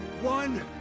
one